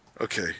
Okay